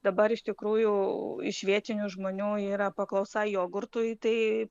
dabar iš tikrųjų iš vietinių žmonių yra paklausa jogurtui tai